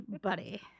buddy